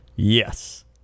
Yes